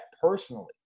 personally